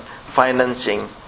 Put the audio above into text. financing